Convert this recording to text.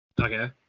Okay